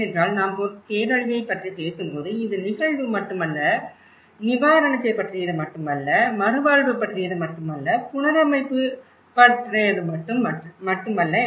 ஏனென்றால் நாம் ஒரு பேரழிவைப் பற்றி பேசும்போது இது நிகழ்வு மட்டுமல்ல நிவாரணத்தைப் பற்றியது மட்டுமல்ல மறுவாழ்வு பற்றியது மட்டுமல்ல புனரமைப்பு பற்றியது மட்டுமல்ல